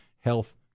health